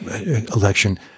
election